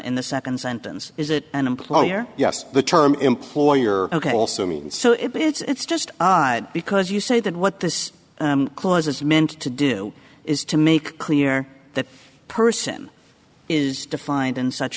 in the second sentence is it an employer yes the term employer ok also means so if it's just because you say that what this clause is meant to do is to make clear that person is defined in such